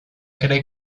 cree